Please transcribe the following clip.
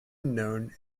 known